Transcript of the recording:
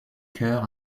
cœur